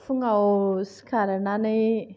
फुङाव सिखारनानै